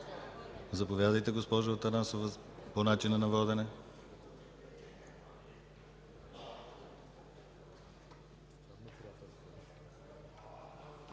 Заповядайте, госпожо Атанасова – по начина на водене.